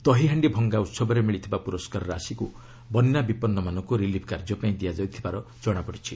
ଦହିହାଣ୍ଡି ଭଙ୍ଗା ଉତ୍ସବରେ ମିଳିଥିବା ପୁରସ୍କାର ରାଶିକୁ ବନ୍ୟା ବିପନ୍ନମାନଙ୍କୁ ରିଲିଫ୍ କାର୍ଯ୍ୟ ପାଇଁ ଦିଆଯାଇଥିବାର ଜଣାପଡ଼ିଛି